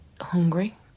hungry